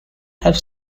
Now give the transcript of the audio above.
have